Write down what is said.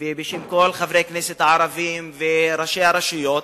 ובשם כל חברי הכנסת הערבים וראשי הרשויות,